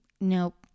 nope